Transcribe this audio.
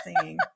singing